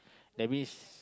that means